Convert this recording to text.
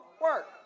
work